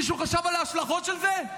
מישהו חשב על ההשלכות של זה?